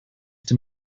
dem